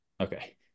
Okay